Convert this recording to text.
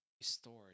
stored